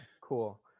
Cool